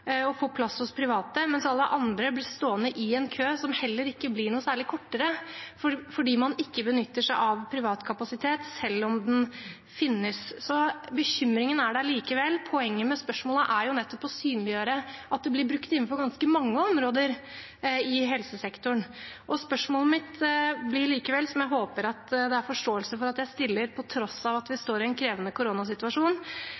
få plass hos private, mens alle andre blir stående i en kø, som heller ikke blir noe særlig kortere, fordi man ikke benytter seg av privat kapasitet selv om den finnes. Bekymringen er der likevel. Poenget med spørsmålet er å synliggjøre at det blir brukt innenfor ganske mange områder i helsesektoren. Spørsmålet mitt – som jeg håper det er forståelse for at jeg stiller på tross av at vi